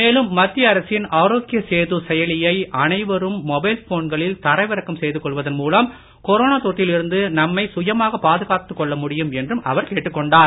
மேலும் மத்திய அரசின் ஆரோக்கிய சேது செயலியை அனைவரும் மொபைல் போன்களில் தரவிறக்கம் செய்து கொள்வதன் மூலம் கொரோனா தொற்றில் இருந்து நம்மை சுயமாக பாதுகாத்துக் கொள்ள முடியும் என்றும் அவர் கேட்டுக் கொண்டார்